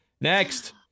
Next